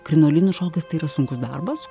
krinolinų šokas tai yra sunkus darbas